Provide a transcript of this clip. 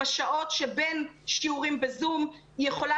בשעות שבין שיעורים בזום היא יכולה